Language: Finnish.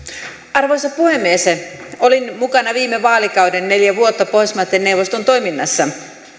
arvoisa puhemies olin mukana viime vaalikauden neljä vuotta pohjoismaiden neuvoston toiminnassa